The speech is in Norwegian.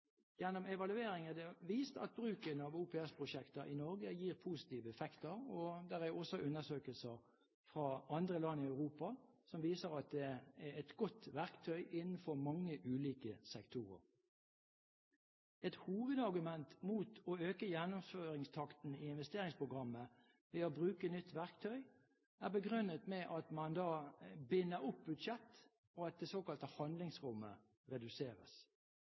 Gjennom evalueringer er det vist at bruken av OPS-prosjekter i Norge gir positive effekter, og det er også undersøkelser fra andre land i Europa som viser at det er et godt verktøy innenfor mange ulike sektorer. Et hovedargument mot å øke gjennomføringstakten i investeringsprogrammet ved å bruke nytt verktøy er begrunnet med at man da binder opp budsjett, og at det såkalte handlingsrommet reduseres.